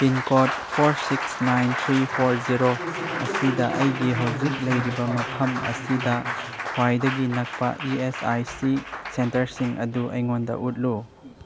pin code four six nine three four zero ꯑꯁꯤꯗ ꯑꯩꯒꯤ ꯍꯧꯖꯤꯛ ꯂꯩꯔꯤꯕ ꯃꯐꯝ ꯑꯁꯤꯗ ꯈ꯭ꯋꯥꯏꯗꯒꯤ ꯅꯛꯄ ꯏ ꯑꯦꯁ ꯑꯥꯏ ꯁꯤ ꯁꯦꯟꯇꯔꯁꯤꯡ ꯑꯗꯨ ꯑꯩꯉꯣꯟꯗ ꯎꯠꯂꯨ